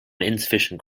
insufficient